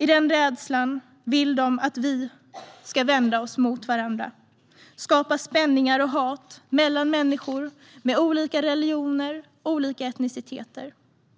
I den rädslan vill de att vi ska vända oss mot varandra och skapa spänningar och hat mellan människor med olika religioner och olika etniciteter.